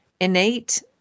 innate